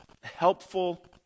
helpful